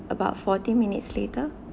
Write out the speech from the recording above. about forty minutes later